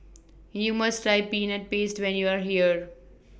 YOU must Try Peanut Paste when YOU Are here